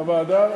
לוועדה,